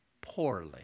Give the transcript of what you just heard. poorly